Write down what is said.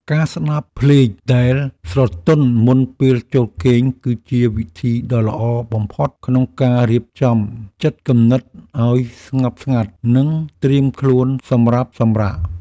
ការស្ដាប់ភ្លេងដែលស្រទន់មុនពេលចូលគេងគឺជាវិធីដ៏ល្អបំផុតក្នុងការរៀបចំចិត្តគំនិតឱ្យស្ងប់ស្ងាត់និងត្រៀមខ្លួនសម្រាប់សម្រាក។